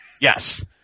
Yes